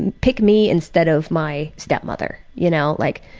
and pick me instead of my stepmother, you know, like.